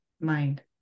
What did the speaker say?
mind